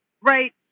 right